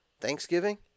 Thanksgiving